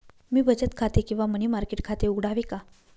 मी बचत खाते किंवा मनी मार्केट खाते उघडावे का?